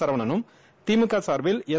சரவணனும் திமுக சார்பில் எஸ்